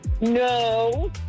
No